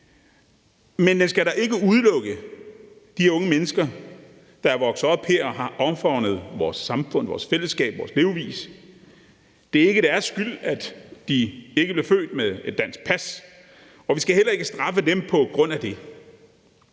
Men den skal da ikke udelukke de unge mennesker, der er vokset op her og har omfavnet vores samfund, vores fællesskab og vores levevis. Det er ikke deres skyld, at de ikke blev født med et dansk pas. Vi skal heller ikke straffe dem på grund af det.